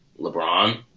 LeBron